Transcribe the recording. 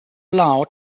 allowed